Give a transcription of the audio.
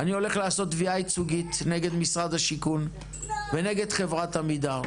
אני הולך לעשות תביעה ייצוגית נגד משרד השיכון ונגד חברת עמידר,